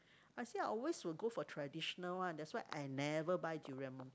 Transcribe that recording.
I say I always will go for traditional one that's why I never buy durian mooncake